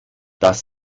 das